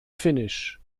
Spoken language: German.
finnisch